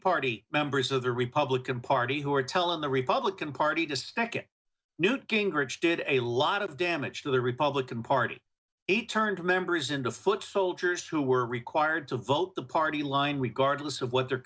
party members of the republican party who are telling the republican party just newt gingrich did a lot of damage to the republican party eight turned members into foot soldiers who were required to vote the party line we guard lists of what their